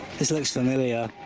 this looks familiar.